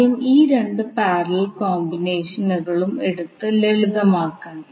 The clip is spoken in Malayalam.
ആദ്യം ഈ രണ്ട് പാരലൽ കോമ്പിനേഷനുകളും എടുത്ത് ലളിതമാക്കണം